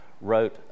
wrote